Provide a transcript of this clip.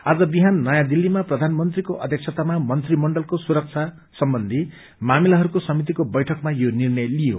आज बिहान नयाँ दिललीमा प्रधानमंत्रीको अध्यक्षतामा मंत्रीमण्डलको सुरक्षा सम्बन्धी मामिलाहरूको समितिको बैठकमा यो निर्णय लिइयो